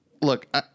look